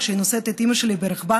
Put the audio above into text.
כשהיא נושאת את אימא שלי ברחמה.